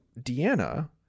Deanna